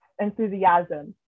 enthusiasm